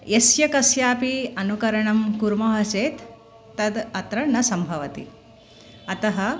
यस्य कस्यापि अनुकरणं कुर्मः चेत् तद् अत्र न सम्भवति अतः